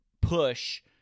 push